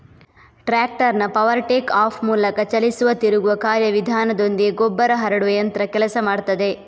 ಟ್ರಾಕ್ಟರ್ನ power take off ಮೂಲಕ ಚಲಿಸುವ ತಿರುಗುವ ಕಾರ್ಯ ವಿಧಾನದೊಂದಿಗೆ ಗೊಬ್ಬರ ಹರಡುವ ಯಂತ್ರ ಕೆಲಸ ಮಾಡ್ತದೆ